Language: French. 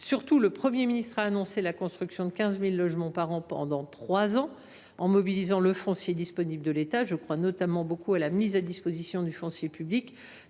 Surtout, le Premier ministre a annoncé la construction de 15 000 logements par an, pendant trois ans, grâce à la mobilisation du foncier disponible de l’État. Je crois beaucoup à la mise à disposition du foncier public,